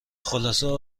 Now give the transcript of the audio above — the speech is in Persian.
خلاصه